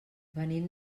venim